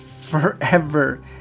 forever